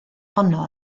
honno